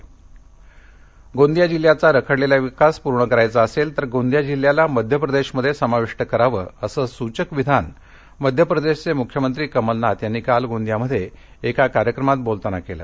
गोंदिया गोंदिया जिल्ह्याचा रखडलेला विकास पूर्ण करायचा असेल तर गोंदिया जिल्ह्याला मध्यप्रदेशमध्ये समाविष्ट करावं असं सूचक विधान मध्यप्रदेशचे मुख्यमंत्री कमलनाथ यांनी काल गोंदिया मध्ये एका कार्यक्रमात बोलताना केलं